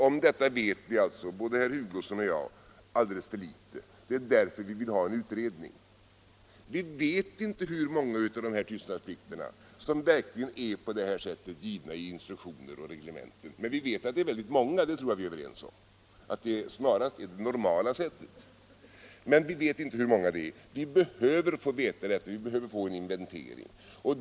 Om detta vet både herr Hugosson och jag alldeles för litet, och det är därför vi vill ha en utredning. Vi vet inte hur många av tystnadsplikterna som är givna i instruktioner och reglementen, men jag tror att vi är överens om att det är ett stort antal. Det är antagligen det normala sättet för reglering av tystnadsplikt. Vi behöver få veta hur många det är fråga om, och därför bör en inventering göras.